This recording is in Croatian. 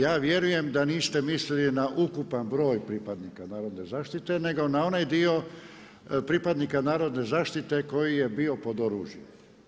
Ja vjerujem da niste mislili na ukupan broj pripadnika Narodne zaštite, nego na onaj dio pripadnika Narodne zaštite koji je bio pod oružjem.